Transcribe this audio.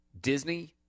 Disney